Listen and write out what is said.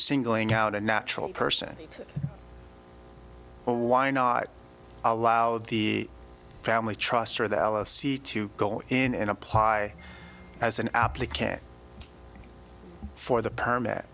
singling out a natural person well why not allow the family trust to go in and apply as an application for the permit